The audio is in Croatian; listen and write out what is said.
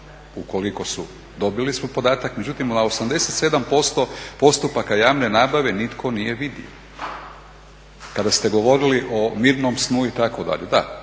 ukoliko su dobili smo podatak, međutim a 87% postupaka javne nabave nitko nije vidio. Kada ste govorili o mirnom snu itd. da